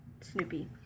snoopy